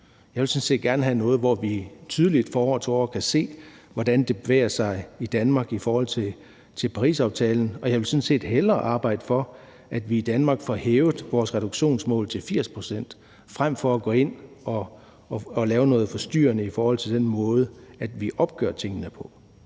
set gerne have noget, hvor vi tydeligt fra år til år kan se, hvordan det bevæger sig i Danmark i forhold til Parisaftalen. Og jeg vil sådan set hellere arbejde for, at vi i Danmark får hævet vores reduktionsmål til 80 pct., frem for at gå ind og lave noget forstyrrende i forhold til den måde, vi opgør tingene på.